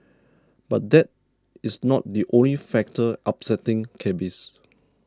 but that is not the only factor upsetting cabbies